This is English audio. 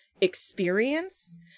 experience